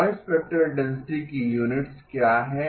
noise spectral density की units क्या हैं